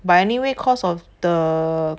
but anyway cause of the